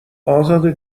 ازاده